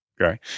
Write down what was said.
okay